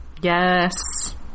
Yes